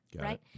right